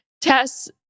Tess